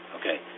Okay